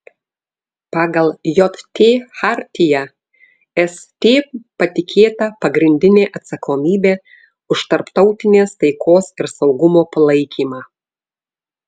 pagal jt chartiją st patikėta pagrindinė atsakomybė už tarptautinės taikos ir saugumo palaikymą